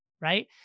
right